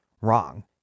wrong